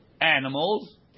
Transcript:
animals